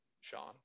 Sean